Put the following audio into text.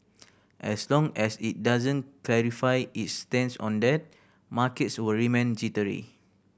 as long as it doesn't clarify its stance on that markets will remain jittery